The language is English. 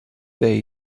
they